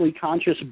conscious